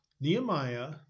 Nehemiah